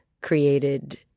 created